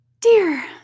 dear